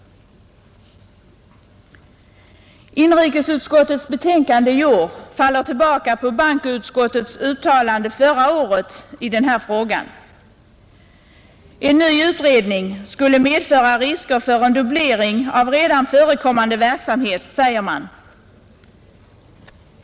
Inrikesutskottets betänkande i år faller tillbaka på bankoutskottets uttalande förra året i den här frågan. En ny utredning skulle medföra risker för en dubblering av redan förekommande verksamhet, säger man.